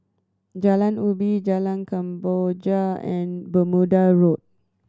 Jalan Ubi Jalan Kemboja and Bermuda Road